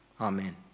Amen